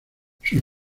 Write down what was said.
sus